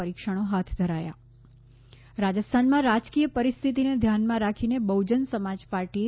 પરિક્ષણો હાથ ધરાયાં રાજસ્થાનમાં રાજકીય પરીસ્થિતિને ધ્યાનમાં રાખીને બહ્જન સમાજ પાર્ટીએ